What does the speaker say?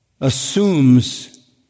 assumes